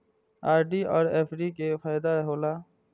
RD और FD के का फायदा हौला?